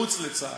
מחוץ לצה"ל,